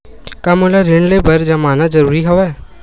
का मोला ऋण ले बर जमानत जरूरी हवय?